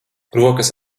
rokas